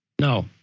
No